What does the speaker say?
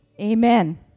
amen